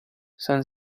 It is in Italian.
san